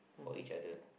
for each other